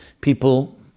People